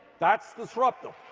that's disruptive.